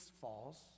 falls